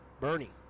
Bernie